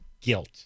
guilt